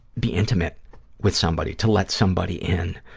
be intimate with somebody, to let somebody in,